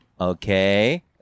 Okay